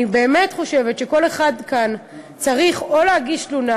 אני באמת חושבת שכל אחד כאן צריך או להגיש תלונה